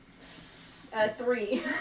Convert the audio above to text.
three